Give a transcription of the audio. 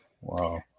Wow